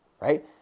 right